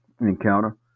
encounter